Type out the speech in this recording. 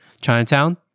chinatown